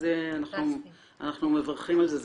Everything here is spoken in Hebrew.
אנחנו מברכים על זה.